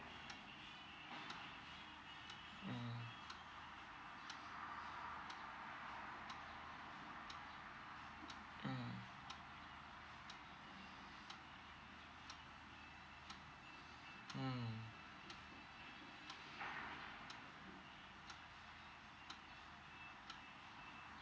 mm mm mm